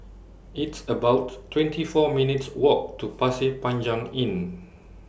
It's about twenty four minutes' Walk to Pasir Panjang Inn